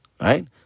right